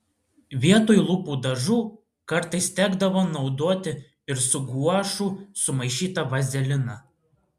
vietoj lūpų dažų kartais tekdavo naudoti ir su guašu sumaišytą vazeliną